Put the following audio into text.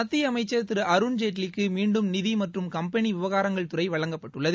மத்திய அமைச்சன் திரு அருண்ஜேட்லிக்கு மீண்டும் நிதி மற்றும் கம்பெளி விவகாரங்கள் துறை வழங்கப்பட்டுள்ளது